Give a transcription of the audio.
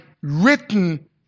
written